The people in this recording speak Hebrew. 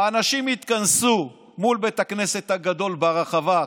האנשים יתכנסו מול בית הכנסת הגדול ברחבה,